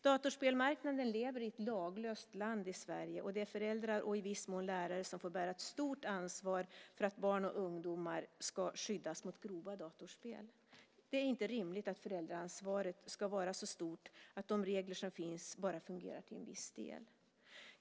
Datorspelsmarknaden lever i ett laglöst land i Sverige, och det är föräldrar och i viss mån lärare som får bära ett stort ansvar för att barn och ungdomar ska skyddas mot grova datorspel. Det är inte rimligt att föräldraansvaret ska vara så stort och att de regler som finns bara fungerar till en viss del.